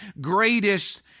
greatest